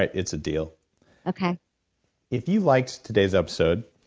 it's a deal okay if you liked today's episode,